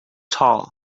tall